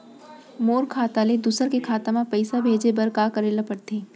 मोर खाता ले दूसर के खाता म पइसा भेजे बर का करेल पढ़थे?